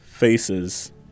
Faces